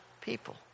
people